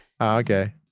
okay